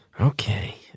Okay